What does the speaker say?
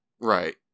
Right